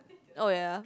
oh ya